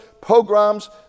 pogroms